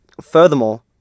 Furthermore